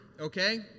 okay